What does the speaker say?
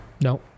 No